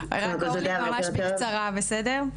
אורלי, ממש בקצרה, בסדר?